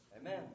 Amen